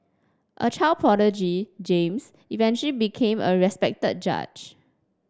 a child prodigy James eventually became a respected judge